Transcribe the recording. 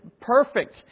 perfect